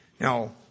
Now